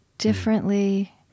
differently